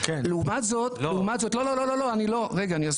לעומת זאת לא אני אסביר,